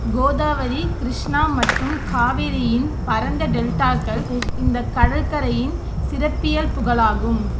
கோதாவரி கிருஷ்ணா மற்றும் காவேரியின் பரந்த டெல்டாக்கள் இந்த கடற்கரையின் சிறப்பியல்புகளாகும்